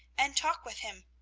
and talk with him.